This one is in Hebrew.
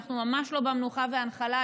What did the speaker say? אנחנו ממש לא במנוחה והנחלה,